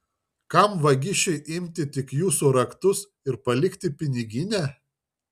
kam vagišiui imti tik jūsų raktus ir palikti piniginę